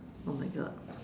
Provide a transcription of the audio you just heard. oh my god